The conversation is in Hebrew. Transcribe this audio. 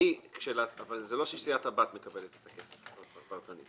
אבל זה לא שסיעת הבת מקבלת את הכסף פרטנית.